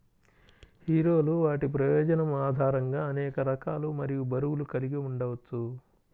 హీరోలు వాటి ప్రయోజనం ఆధారంగా అనేక రకాలు మరియు బరువులు కలిగి ఉండవచ్చు